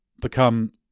become